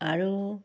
আৰু